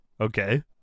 Okay